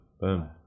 boom